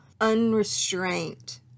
unrestrained